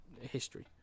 history